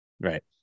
Right